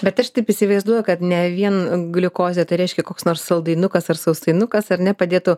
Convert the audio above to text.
bet aš taip įsivaizduoju kad ne vien gliukozė tai reiškia koks nors saldainukas ar sausainukas ar ne padėtų